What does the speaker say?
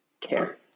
care